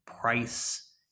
price